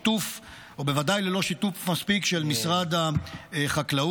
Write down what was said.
בוודאי ללא שיתוף מספיק של משרד החקלאות.